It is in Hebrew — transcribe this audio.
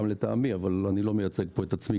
גם לטעמי אבל אני כרגע לא מייצג כאן את עצמי